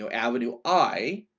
so avenue i,